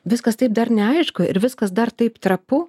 viskas taip dar neaišku ir viskas dar taip trapu